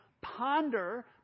Ponder